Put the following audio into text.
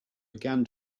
began